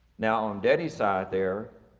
now on daddy side there,